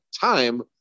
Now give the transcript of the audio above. time